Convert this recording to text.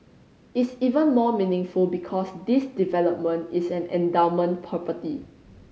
is even more meaningful because this development is an endowment property